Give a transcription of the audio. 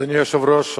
אדוני היושב-ראש,